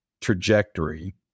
trajectory